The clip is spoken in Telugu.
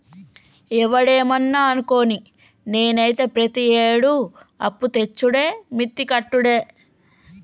ఒవడేమన్నా అనుకోని, నేనైతే ప్రతియేడూ అప్పుతెచ్చుడే మిత్తి కట్టుడే